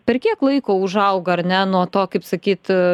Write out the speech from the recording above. per kiek laiko užauga ar ne nuo to kaip sakyt